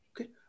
Okay